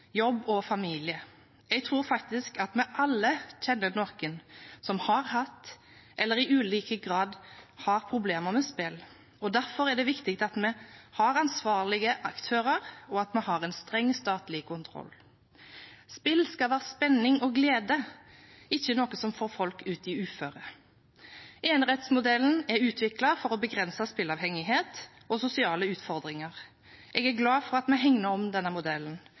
jobb og familie. Jeg tror faktisk at vi alle kjenner noen som har hatt eller i ulik grad har problemer med spill. Derfor er det viktig at vi har ansvarlige aktører, og at vi har en streng statlig kontroll. Spill skal være spenning og glede, ikke noe som får folk ut i uføre. Enerettsmodellen er utviklet for å begrense spillavhengighet og sosiale utfordringer. Jeg er glad for at vi hegner om denne modellen,